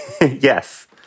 Yes